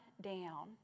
down